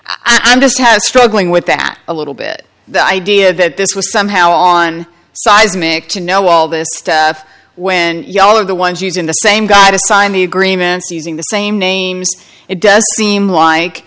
i'm just as struggling with that a little bit the idea that this was somehow on seismic to know all this stuff when ya'll are the ones using the same guy to sign the agreement seizing the same names it does seem like